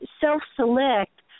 self-select